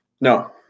No